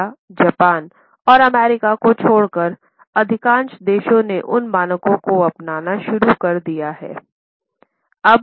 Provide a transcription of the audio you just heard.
Canada Japan और America को छोड़कर अधिकांश देशों ने उन मानकों को अपनाना शुरू कर दिया है